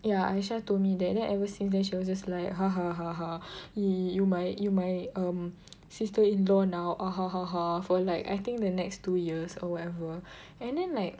ya Aisyah told me that then ever since then she was just like !ee! you my you my um sister-in-law now for like I think the next two years or whatever and then like